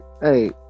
hey